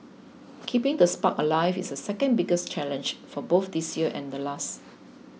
keeping the spark alive is the second biggest challenge for both this year and last